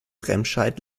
remscheid